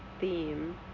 theme